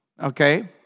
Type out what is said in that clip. okay